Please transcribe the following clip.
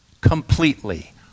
completely